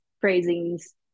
phrasings